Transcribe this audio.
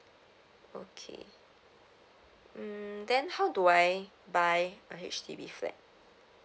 okay mm then how do I buy a H_D_B flat